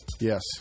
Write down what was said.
yes